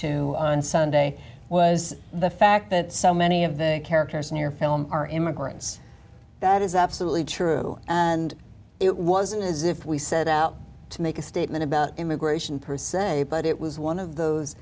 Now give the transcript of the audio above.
to on sunday was the fact that so many of the characters in your film are immigrants that is absolutely true and it wasn't as if we set out to make a statement about immigration per se but it was one of those